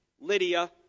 Lydia